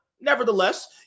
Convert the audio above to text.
nevertheless